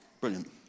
Brilliant